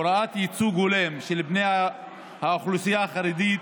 הוראת ייצוג הולם של בני האוכלוסייה החרדית